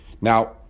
now